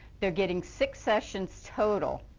they're getting six sessions total.